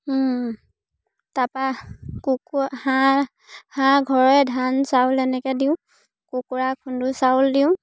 তাপা কুকুৰা হাঁহ হাঁহ ঘৰৰে ধান চাউল এনেকে দিওঁ কুকুৰা খুন্দু চাউল দিওঁ